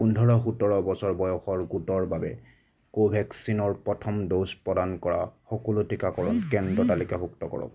পোন্ধৰ সোতৰ বছৰ বয়সৰ গোটৰ বাবে ক'ভেক্সিনৰ প্ৰথম ড'জ প্ৰদান কৰা সকলো টিকাকৰণ কেন্দ্ৰ তালিকাভুক্ত কৰক